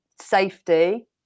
safety